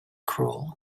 cruel